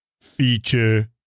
feature